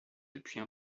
depuis